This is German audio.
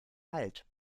halt